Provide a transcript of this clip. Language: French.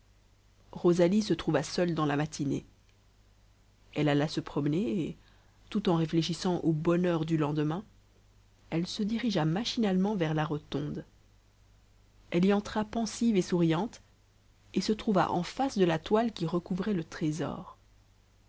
rosalie se trouva seule dans la matinée elle alla se promener et tout en réfléchissant au bonheur du lendemain elle se dirigea machinalement vers la rotonde elle y entra pensive et souriante et se trouva en face de la toile qui recouvrait le trésor